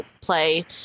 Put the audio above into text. play